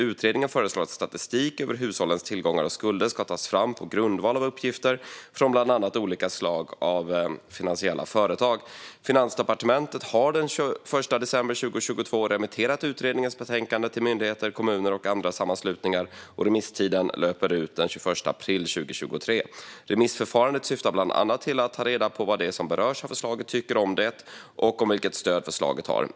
Utredningen föreslår att statistik över hushållens tillgångar och skulder ska tas fram på grundval av uppgifter från bland annat olika slag av finansiella företag. Finansdepartementet remitterade den 21 december 2022 utredningens betänkande till myndigheter, kommuner och andra sammanslutningar och remisstiden löper ut den 21 april 2023. Remissförfarandet syftar bland annat till att ta reda på vad de som berörs av förslaget tycker om det och vilket stöd som förslaget har.